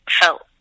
felt